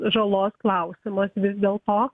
žalos klausimas vis dėl to